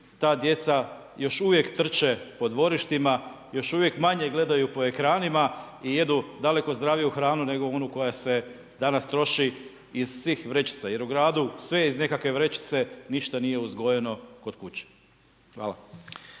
ta djeca još uvijek trče po dvorištima, još uvijek manje gledaju po ekranima i jedu daleko zdraviju hranu nego onu koja se danas troši iz svih vrećica jer u gradu sve je iz nekakve vrećice, ništa nije uzgojeno kod kuće. Hvala.